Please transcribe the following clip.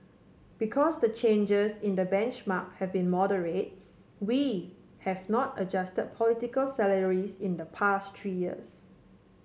because the changes in the benchmark have been moderate we have not adjusted political salaries in the past three years